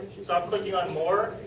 ah clicking on more.